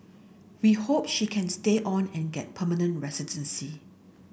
we hope she can stay on and get permanent residency